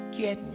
get